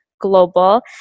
Global